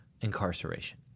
Incarceration